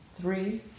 three